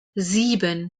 sieben